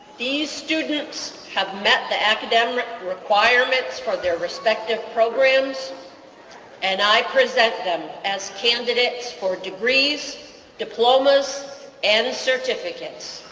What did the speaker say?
these students have met the academic requirements for their respective programs and i present them as candidates for degrees diplomas and certificates.